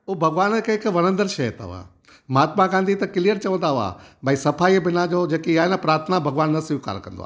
उहो भॻवान खे वणंदड़ शइ अथव महात्मा गांधी त क्लीअर चवंदा हुआ भई सफ़ाई बिना जो जेकी आहे न प्रार्थना भॻवान न स्वीकारींदो आहे